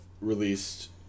released